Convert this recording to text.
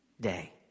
day